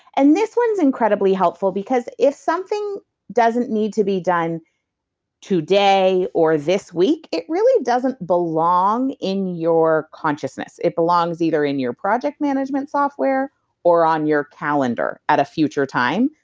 and this one's incredibly helpful, because if something doesn't need to be done today or this week, it really doesn't belong in your consciousness, it belongs either in your project management software or on your calendar at a future time,